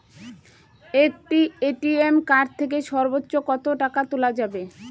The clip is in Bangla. একটি এ.টি.এম কার্ড থেকে সর্বোচ্চ কত টাকা তোলা যাবে?